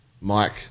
Mike